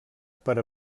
per